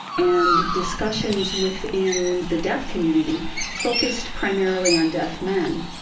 and discussions within the deaf community focused primarily on deaf men.